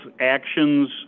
actions